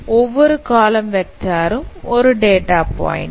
ஒவ்வொரு காலம் வெக்டார்ம் ஒரு டேட்டா பாயிண்ட்